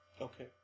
Okay